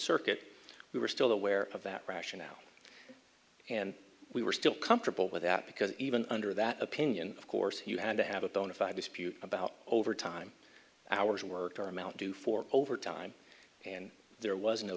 circuit we were still aware of that rationale and we were still comfortable with that because even under that opinion of course you had to have a bona fide dispute about overtime hours worked or amount due for overtime and there was no